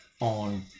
on